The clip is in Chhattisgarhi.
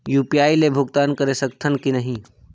यू.पी.आई ले भुगतान करे सकथन कि नहीं?